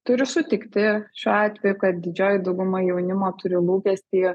turiu sutikti šiuo atveju kad didžioji dauguma jaunimo turi lūkestį